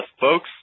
folks